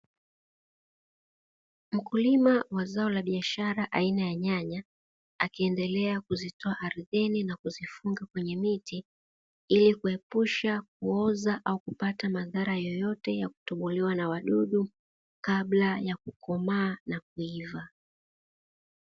Mkulima wa zao la biashara aina ya nyanya akiendelea kuzitoa ardhini na kuzifunga kwenye miti ili kuepusha kuoza au kupata madhara yeyote na kutobolewa na wadudu kabla ya kukomaa na kuiva.